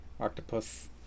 Octopus